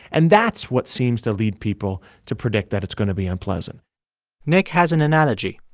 and that's what seems to lead people to predict that it's going to be unpleasant nick has an analogy.